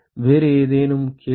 வேறு ஏதேனும் கேள்வி